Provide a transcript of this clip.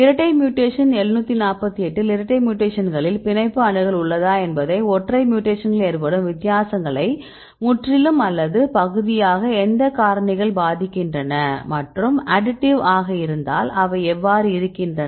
இரட்டை மியூடேக்ஷன் 748 இல் இரட்டை மியூடேக்ஷன்களில் பிணைப்பு அணுகல் உள்ளதா என்பதைப் ஒற்றை மியூடேக்ஷன்களில் ஏற்படும் வித்தியாசங்களை முற்றிலும் அல்லது பகுதியாக எந்த காரணிகள் பாதிக்கின்றன மற்றும் அடிடிவ் ஆக இருந்தால் அவை எவ்வாறு இருக்கின்றன